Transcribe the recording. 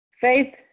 Faith